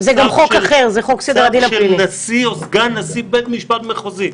צו של נשיא או סגן נשיא בית משפט מחוזי.